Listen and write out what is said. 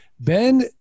Ben